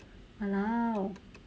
!walao!